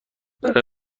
برای